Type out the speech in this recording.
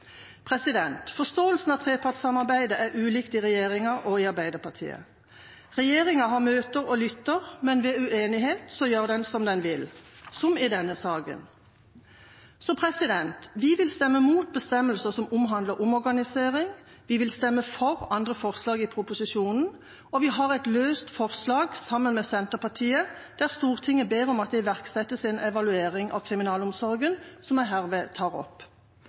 Forståelsen av trepartssamarbeidet er ulikt i regjeringa og i Arbeiderpartiet. Regjeringa har møter og lytter, men ved uenighet gjør den som den vil, som i denne saken. Vi vil stemme mot bestemmelser som omhandler omorganisering, vi vil stemme for andre forslag i proposisjonen, og vi har et løst forslag sammen med Senterpartiet der Stortinget ber om at det iverksettes en evaluering av kriminalomsorgen, som jeg herved tar opp.